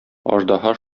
аждаһа